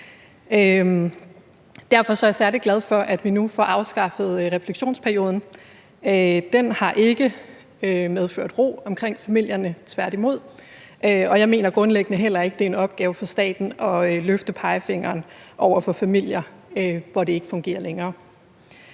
Derfor er jeg særlig glad for, at vi nu får afskaffet refleksionsperioden. Den har ikke medført ro omkring familierne, tværtimod. Og jeg mener grundlæggende heller ikke, det er en opgave for staten at løfte pegefingeren over for familier, hvor det ikke fungerer længere.